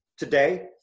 Today